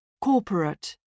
Corporate